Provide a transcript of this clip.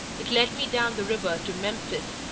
it led me down the river to memphis,